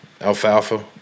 alfalfa